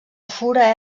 fura